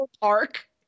Park